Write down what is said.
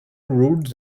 ruled